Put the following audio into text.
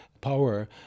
power